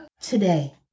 today